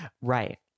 right